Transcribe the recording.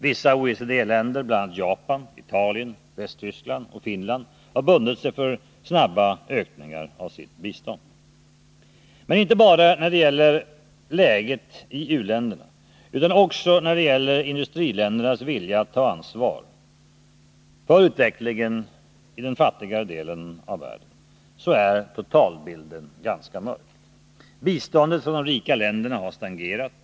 Vissa OECD-länder, bl.a. Japan, Italien, Västtyskland och Finland, har bundit sig för snabba ökningar av sitt bistånd. Men inte bara när det gäller läget i u-länderna utan också när det gäller i-ländernas vilja att ta ansvar för utvecklingen i den fattiga delen av världen är totalbilden ganska mörk. Biståndet från de rika länderna har stagnerat.